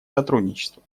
сотрудничество